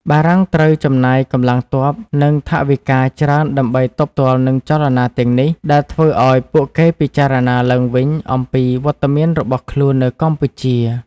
បារាំងត្រូវចំណាយកម្លាំងទ័ព និងថវិកាច្រើនដើម្បីទប់ទល់នឹងចលនាទាំងនេះ ដែលធ្វើឱ្យពួកគេពិចារណាឡើងវិញអំពីវត្តមានរបស់ខ្លួននៅកម្ពុជា។